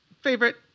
favorite